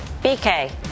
BK